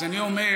אז אני אומר,